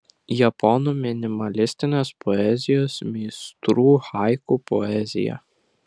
japonų minimalistinės poezijos meistrų haiku poezija